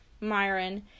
Myron